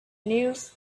news